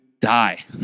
die